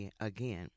again